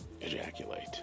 ejaculate